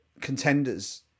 contenders